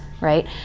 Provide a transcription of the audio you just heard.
right